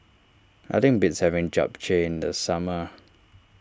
nothing beats having Japchae in the summer